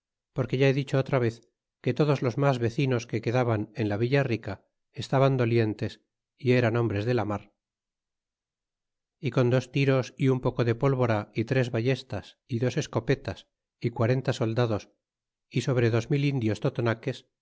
porque ya he dicho otra vez que todos los mas vecinos que quedaban en la villa rica estaban dolientes y eran hombres de la mar y con dos tiros y un poco de pólvora y tres ballestas y dos escopetas y quarenta soldados y sobre dos mil indios tato